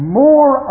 more